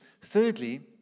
Thirdly